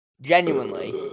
Genuinely